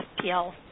PL